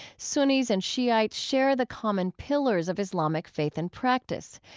sunnis and shiites share the common pillars of islamic faith and practice.